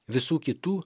visų kitų